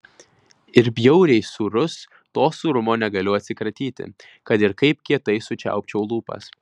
ir bjauriai sūrus to sūrumo negaliu atsikratyti kad ir kaip kietai sučiaupčiau lūpas